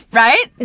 right